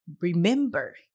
Remember